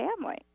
family